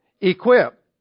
equip